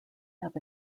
have